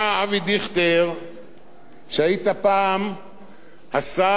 שהיית פעם השר לביטחון הפנים של המדינה,